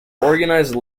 organized